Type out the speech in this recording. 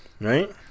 Right